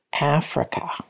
Africa